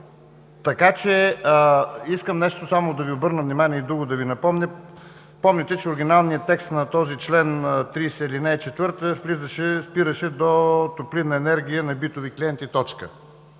правите. Искам на нещо да Ви обърна внимание и друго да Ви напомня. Помните, че оригиналният текст на този чл. 30, ал. 4 спираше до „топлинна енергия на битови клиенти.“.